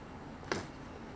according to 那个 sales girl